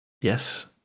Yes